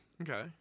Okay